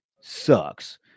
sucks